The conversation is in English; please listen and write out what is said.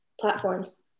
platforms